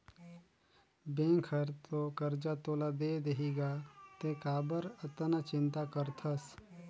bank हर तो करजा तोला दे देहीगा तें काबर अतना चिंता करथस